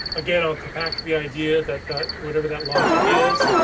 again, i'll compact the idea that that whatever that logic is,